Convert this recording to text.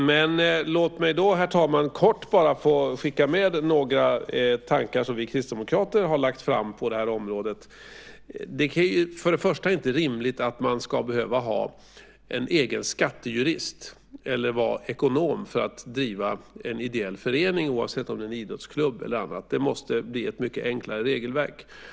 Men låt mig kort, herr talman, bara få skicka med några tankar som vi kristdemokrater har presenterat på området. För det första är det inte rimligt att man ska behöva ha en egen skattejurist eller att man ska behöva vara ekonom för att driva en ideell förening, oavsett om det är en idrottsklubb eller om det är någonting annat. Det måste bli ett mycket enklare regelverk.